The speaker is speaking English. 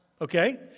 okay